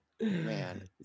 Man